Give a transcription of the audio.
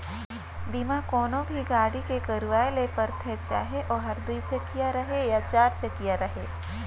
बीमा कोनो भी गाड़ी के करवाये ले परथे चाहे ओहर दुई चकिया रहें या चार चकिया रहें